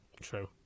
True